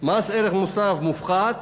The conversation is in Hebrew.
מס ערך מוסף מופחת